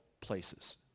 places